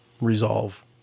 resolve